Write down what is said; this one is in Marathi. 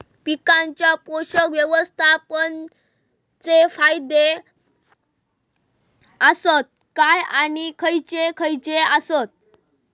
पीकांच्या पोषक व्यवस्थापन चे फायदे आसत काय आणि खैयचे खैयचे आसत?